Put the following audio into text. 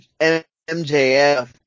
MJF